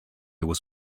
was